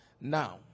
Now